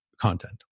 content